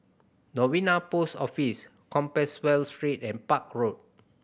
Novena Post Office Compassvale Street and Park Road